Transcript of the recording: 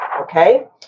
Okay